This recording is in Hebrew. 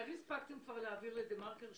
שנה וחצי לקח לו לעשות את החקר.